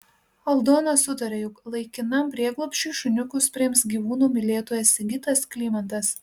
aldona sutarė jog laikinam prieglobsčiui šuniukus priims gyvūnų mylėtojas sigitas klymantas